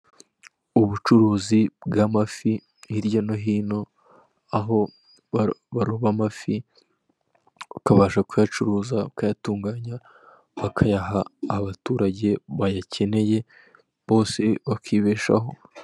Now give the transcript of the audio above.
Ubucuruzi bw'amafi hirya no hino, aho baroba amafi ukabasha kuyacuruza, ukayatunganya bakayaha abaturage bayakeneye bose bakibeshaho.